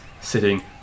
sitting